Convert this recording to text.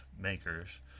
makers